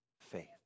faith